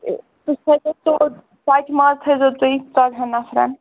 تہٕ تُہۍ تھٲوِزیٚو ژوٚٹ ژۅچہِ ماز تھٲوِزیٚو تُہۍ ژۄدہَن نَفرَن